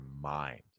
mind